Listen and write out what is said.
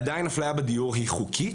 עדיין אפליה בדיור היא חוקית.